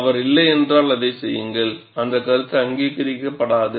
அவர் இல்லையென்றால் அதை செய்யுங்கள் அந்த கருத்து அங்கீகரிக்கப்படாது